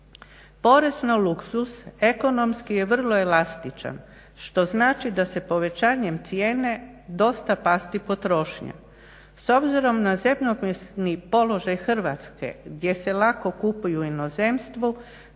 Porez na luksuz ekonomski je vrlo elastičan, što znači da se povećanjem cijene dosta pasti potrošnja. S obzirom na zemljopisni položaj Hrvatske gdje se lako kupuje u inozemstvu,